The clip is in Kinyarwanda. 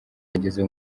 yageze